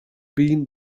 been